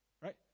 right